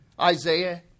Isaiah